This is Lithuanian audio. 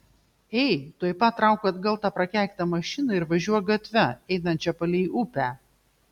ei tuoj pat trauk atgal tą prakeiktą mašiną ir važiuok gatve einančia palei upę